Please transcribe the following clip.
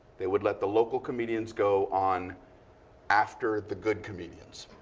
they would let the local comedians go on after the good comedians.